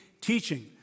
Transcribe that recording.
teaching